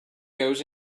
goes